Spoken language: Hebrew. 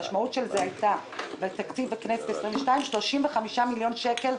המשמעות של זה בתקציב הבחירות לכנסת ה-22 - 35 מיליון שקל.